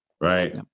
right